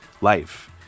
life